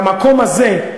למקום הזה,